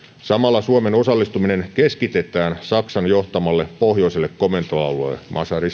samalla suomen osallistuminen keskitetään saksan johtamalle pohjoiselle komentoalueelle mazar i